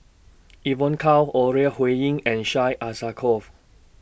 Evon Kow Ore Huiying and Syed Alsagoff